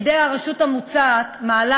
חבר הכנסת כהן.